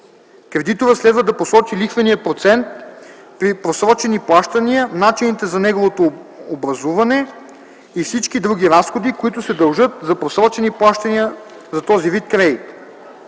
кредиторът следва да посочи лихвения процент при просрочени плащания, начините за неговото образуване и всички други разходи, които се дължат за просрочени плащания за този вид кредит.